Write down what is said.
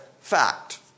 fact